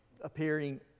appearing